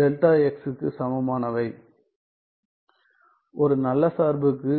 δ க்கு சமமானவை ஒரு நல்ல சார்புக்கு